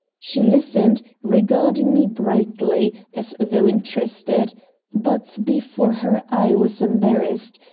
she listened, regarding me brightly, as though interested but before her i was embarrassed,